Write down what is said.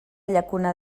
llacuna